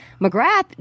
McGrath